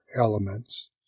elements